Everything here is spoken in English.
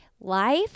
life